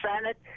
Senate